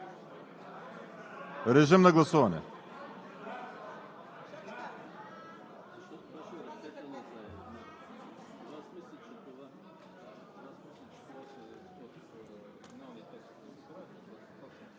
Режим на гласуване